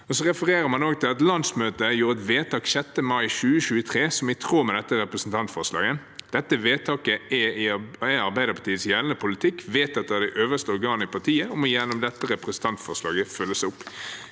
Man refererer til at landsmøtet gjorde et vedtak 6. mai 2023 som er i tråd med dette representantforslaget, at vedtaket er Arbeiderpartiets gjeldende politikk, vedtatt av det øverste organet i partiet, og at det gjennom dette representantforslaget må følges opp.